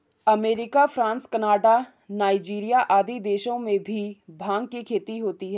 America, France, Canada, Nigeria आदि देशों में भी भाँग की खेती होती है